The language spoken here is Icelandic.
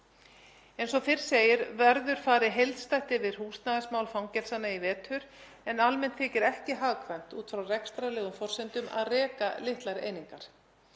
Eins og fyrr segir verður farið heildstætt yfir húsnæðismál fangelsanna í vetur en almennt þykir ekki hagkvæmt út frá rekstrarlegum forsendum að reka litlar einingar.